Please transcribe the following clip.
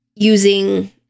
using